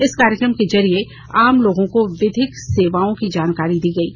इस कार्यक्रम के जरिए आम लोगों को विधिक सेवाओं की जानकारी दी गयी